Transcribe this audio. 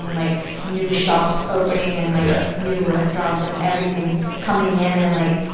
and like, new shops opening and, like, ah new restaurants and everything coming in and, like,